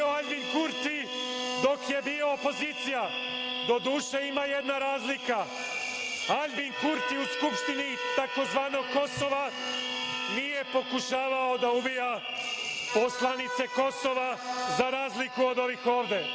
Aljbin Kurti dok je bio opozicija. Doduše, ima jedna razlika. Aljbin Kurti u skupštini tzv. Kosova nije pokušavao da ubija poslanice Kosova za razliku od ovih